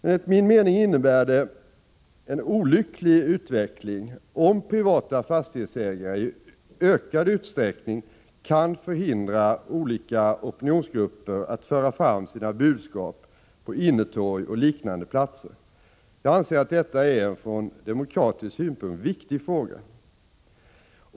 Enlig min mening innebär det emellertid en olycklig utveckling om privata fastighetsägare i ökad utsträckning kan förhindra olika opinionsgrupper att föra fram sina budskap på innetorg och liknande platser. Jag anser att detta är en från demokratisk synpunkt viktig fråga.